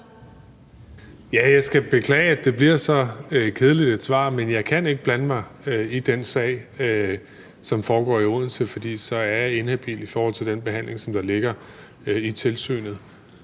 Jeg skal beklage, at det bliver så kedeligt et svar, men jeg kan ikke blande mig i den sag, som foregår i Odense, for så er jeg inhabil i forhold til den behandling, som der ligger i tilsynet.